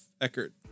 Eckert